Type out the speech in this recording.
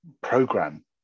program